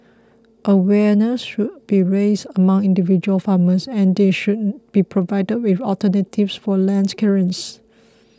awareness should be raised among individual farmers and they should be provided with alternatives for land clearance